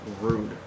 rude